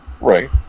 Right